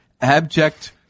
abject